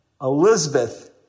Elizabeth